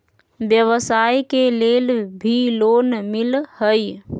व्यवसाय के लेल भी लोन मिलहई?